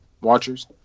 watchers